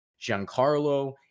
Giancarlo